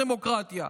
זו דמוקרטיה,